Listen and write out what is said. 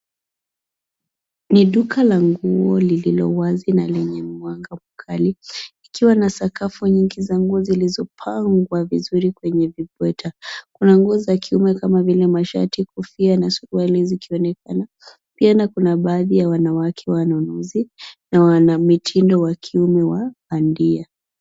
Ni duka la nguo lililowazi na lenye mwanga mkali ikiwa na sakafu nyingi za nguo zilizopangwa vizuri kwenye vibweta. Kuna nguo za kiume kama vile mashati, kofia na suruali zikionekana. Pia kuna baadhi ya wanawake wanunuzi na wanamitindo wa kiume wa bandia.